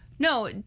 No